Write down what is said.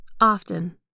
Often